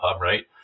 Right